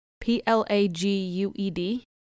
P-L-A-G-U-E-D